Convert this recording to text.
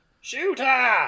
Shooter